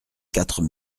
quatre